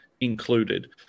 included